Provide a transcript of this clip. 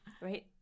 right